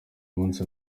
munsi